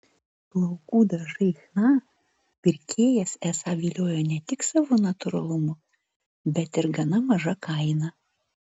plaukų dažai chna pirkėjas esą viliojo ne tik savo natūralumu bet ir gana maža kaina